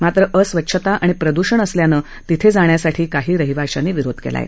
मात्र अस्वच्छता आणि प्रदूषण असल्यानं तिथे जाण्यासाठी काही रहिवाशांनी विरोध केला आहे